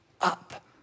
up